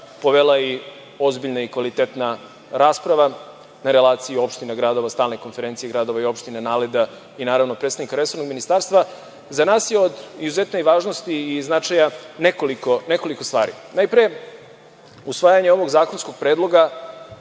povela ozbiljna i kvalitetna rasprava na relaciji opština, grad, stalne konferencije gradova i opština i predstavnika resornog ministarstva. Za nas je od izuzetne važnosti i značaja nekoliko stvari. Najpre, usvajanjem ovog zakonskog predloga